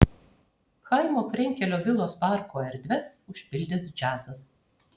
chaimo frenkelio vilos parko erdves užpildys džiazas